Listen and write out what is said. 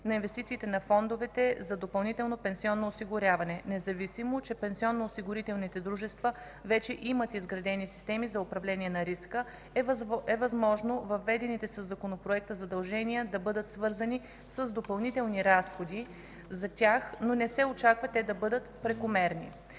на инвестициите на фондовете за допълнително пенсионно осигуряване. Независимо, че пенсионноосигурителните дружества вече имат изградени системи за управление на риска, е възможно въведените със Законопроекта задължения да бъдат свързани с допълнителни разходи за тях, но не се очаква те да бъдат прекомерни.